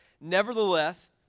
Nevertheless